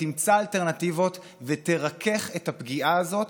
תמצא אלטרנטיבות ותרכך את הפגיעה הזאת,